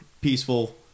peaceful